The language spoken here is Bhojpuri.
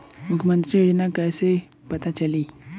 मुख्यमंत्री योजना कइसे पता चली?